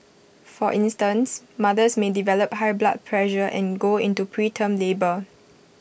for instance mothers may develop high blood pressure and go into preterm labour